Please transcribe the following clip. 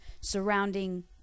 surrounding